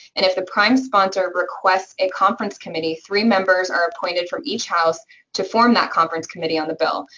and if the prime sponsor requests a conference committee, three members are appointed from each house to form that conference committee on the bill.